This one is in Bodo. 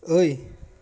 ओइ